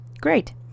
Great